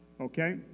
okay